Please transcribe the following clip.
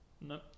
No